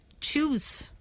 choose